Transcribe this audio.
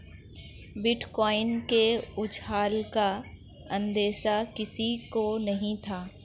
bitcoin के उछाल का अंदेशा किसी को नही था